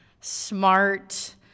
smart